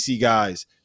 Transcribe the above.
guys